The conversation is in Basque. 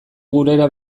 gurera